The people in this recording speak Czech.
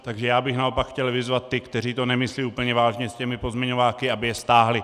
Takže já bych naopak chtěl vyzvat ty, kteří to nemyslí úplně vážně s těmi pozměňováky, aby je stáhli.